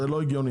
זה לא הגיוני.